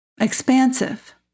expansive